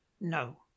No